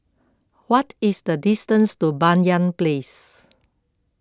what is the distance to Banyan Place